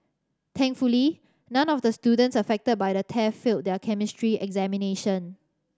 thankfully none of the students affected by the theft failed their Chemistry examination